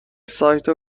سایتها